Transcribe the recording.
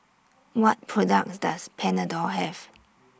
What products Does Panadol Have